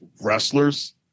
wrestlers